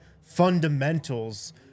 fundamentals